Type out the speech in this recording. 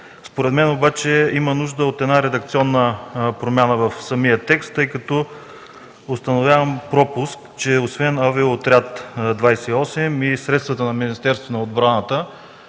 Според мен обаче има нужда от редакционна промяна в самия текст, тъй като установявам пропуск – освен Авиоотряд 28, и средствата на Министерството на отбраната.